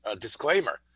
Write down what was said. disclaimer